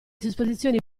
disposizioni